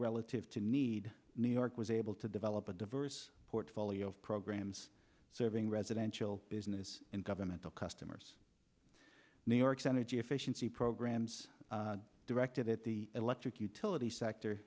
relative to need new york was able to develop a diverse portfolio of programs serving residential business and governmental customers new york's energy efficiency programs directed at the electric utility sector